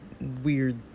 weird